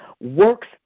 works